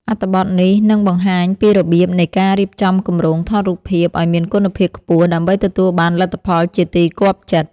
អត្ថបទនេះនឹងបង្ហាញពីរបៀបនៃការរៀបចំគម្រោងថតរូបភាពឱ្យមានគុណភាពខ្ពស់ដើម្បីទទួលបានលទ្ធផលជាទីគាប់ចិត្ត។